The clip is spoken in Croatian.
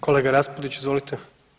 Kolega Raspudić, izvolite.